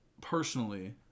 personally